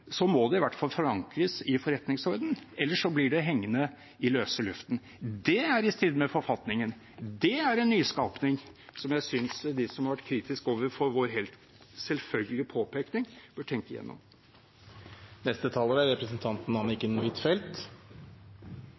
må det i hvert fall forankres i forretningsordenen, ellers blir det hengende i løse luften. Det er i strid med forfatningen, og det er en nyskapning jeg synes de som har vært kritiske overfor vår helt selvfølgelige påpekning, bør tenke igjennom. Jeg vil ta ordet på to områder. Det ene er